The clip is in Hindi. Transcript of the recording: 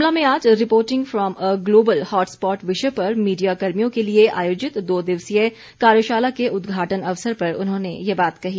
शिमला में आज reporting from a global hot spot विषय पर मीडिया कर्मियों के लिए आयोजित दो दिवसीय कार्यशाला के उद्घाटन अवसर पर उन्होंने ये बात कही